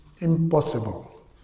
impossible